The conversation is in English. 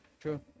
True